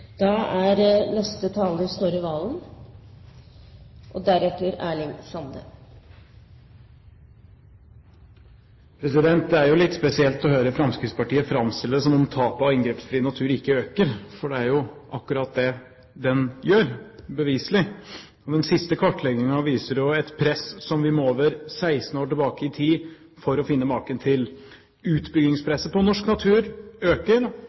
Det er litt spesielt å høre Fremskrittspartiet framstille det som om tapet av inngrepsfri natur ikke øker, for det er jo akkurat det det gjør – beviselig! Den siste kartleggingen viser et press som vi må over 16 år tilbake i tid for å finne maken til. Utbyggingspresset på norsk natur øker,